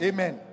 Amen